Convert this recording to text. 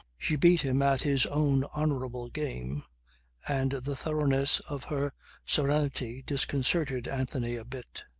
she beat him at his own honourable game and the thoroughness of her serenity disconcerted anthony a bit.